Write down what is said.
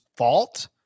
fault